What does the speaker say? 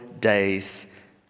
days